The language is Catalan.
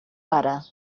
vara